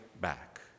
back